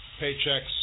Paychecks